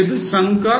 எது sunk costs